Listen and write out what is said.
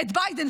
את ביידן,